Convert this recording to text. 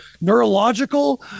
Neurological